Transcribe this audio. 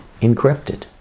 encrypted